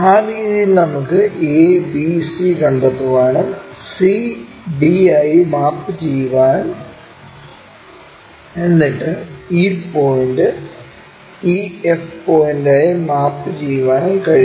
ആ രീതിയിൽ നമുക്ക് a b c കണ്ടെത്താനും c d ആയി മാപ്പ് ചെയ്യാനും എന്നിട്ട് e point e f point ആയി മാപ്പ് ചെയ്യാനും കഴിയും